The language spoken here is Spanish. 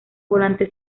volante